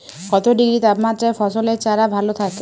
কত ডিগ্রি তাপমাত্রায় ফসলের চারা ভালো থাকে?